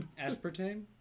Aspartame